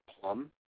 plum